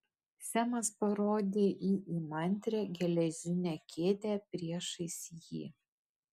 semas parodė į įmantrią geležinę kėdę priešais jį